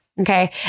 okay